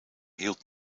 hield